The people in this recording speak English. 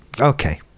Okay